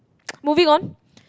moving on